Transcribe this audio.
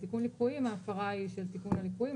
בתיקון ליקויים ההפרה היא של תיקון הליקויים.